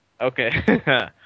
Okay